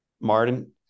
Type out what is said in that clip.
Martin